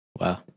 Wow